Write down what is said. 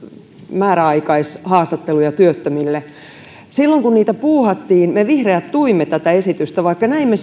määräaikaishaastatteluja työttömille silloin kun niitä puuhattiin me vihreät tuimme tätä esitystä vaikka näimme